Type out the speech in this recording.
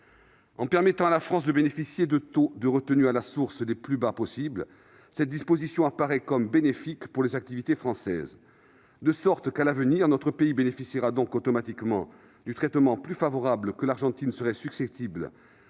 En permettant à la France de bénéficier de taux de retenue à la source les plus bas possible, cette disposition paraît bénéfique pour les activités françaises. À l'avenir, notre pays bénéficiera donc automatiquement du traitement plus favorable que l'Argentine serait susceptible